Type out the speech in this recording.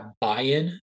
buy-in